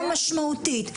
משמעותית,